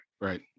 Right